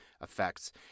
effects